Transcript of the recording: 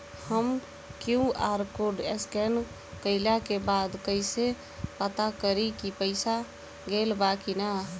हम QR code scan कइला के बाद कइसे पता करि की पईसा गेल बा की न?